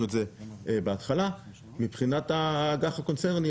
את זה בהתחלה מבחינת האג"ח הקונצרני,